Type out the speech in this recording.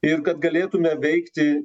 ir kad galėtume veikti